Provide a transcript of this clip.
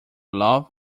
love